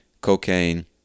cocaine